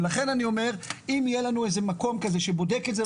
לכן אני אומר אם יהיה לנו מקום כזה שבודק את זה,